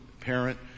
parent